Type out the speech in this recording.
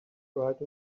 right